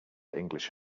english